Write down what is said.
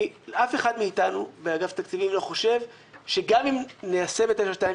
אף אחד מאיתנו באגף התקציבים לא חושב שגם אם ניישם את 922